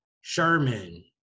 Sherman